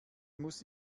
muss